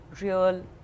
real